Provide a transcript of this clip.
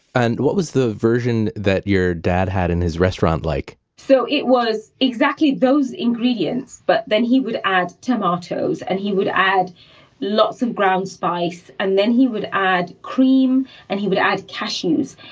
and what was the version that your dad had in his restaurant like? so it was exactly those ingredients, but then he would add tomatoes and he would add lots of ground spice, and then he would add cream and he would add cashews.